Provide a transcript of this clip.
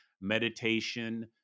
meditation